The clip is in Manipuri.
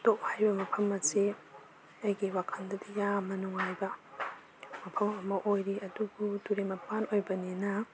ꯇꯣꯞ ꯍꯥꯏꯔꯤꯕ ꯃꯐꯝ ꯑꯁꯤ ꯑꯩꯒꯤ ꯋꯥꯈꯟꯗꯗꯤ ꯌꯥꯝꯅ ꯅꯨꯡꯉꯥꯏꯕ ꯃꯐꯝ ꯑꯃ ꯑꯣꯏꯔꯤ ꯑꯗꯨꯕꯨ ꯇꯨꯔꯦꯟ ꯃꯄꯥꯟ ꯑꯣꯏꯕꯅꯤꯅ